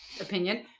opinion